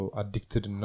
addicted